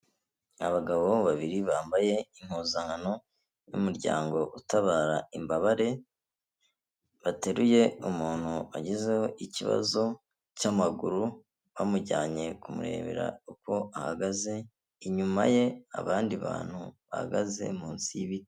Abagabo babiri bambaye impuzankano y'umuryango utabara imbabare bateruye umuntu wagizeho ikibazo cy'amaguru bamujyanye kumurebera uko ahagaze, inyuma ye abandi bantu bahagaze munsi y'ibiti...